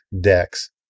decks